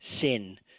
sin